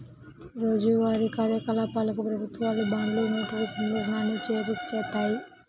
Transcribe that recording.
రోజువారీ కార్యకలాపాలకు ప్రభుత్వాలు బాండ్లు, నోట్ రూపంలో రుణాన్ని జారీచేత్తాయి